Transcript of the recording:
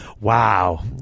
Wow